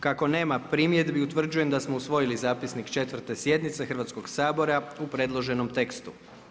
Kako nema primjedbi utvrđujem da smo usvojili zapisnik 4. sjednice Hrvatskog sabora u predloženom tekstu.